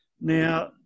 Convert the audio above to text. Now